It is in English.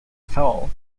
fall